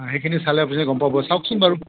অঁ এইখিনি চালে আপুনি গম পাব চাওঁকচোন বাৰু